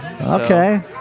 Okay